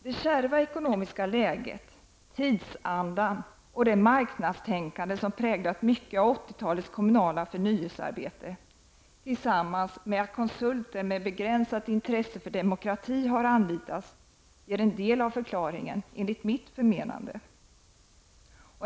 Det kärva ekonomiska läget, tidsandan och det marknadstänkande som präglat mycket av 80-talets kommunala förnyelsearbete tillsammans med att konsulter med begränsat intresse för demokrati har anlitats ger enligt mitt förmenande en del av förklaringen.